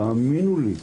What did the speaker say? תאמינו לי,